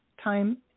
time